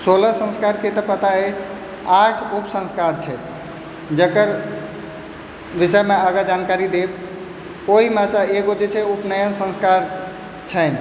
सोलह संस्कारके तऽ पता अछि आठ उप संस्कार छै जकर विषयमे आगा जानकारी देब ओहिमे एगो जे छै उपनयन संस्कार छन्हि